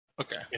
Okay